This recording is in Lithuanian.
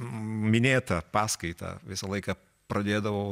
minėtą paskaitą visą laiką pradėdavau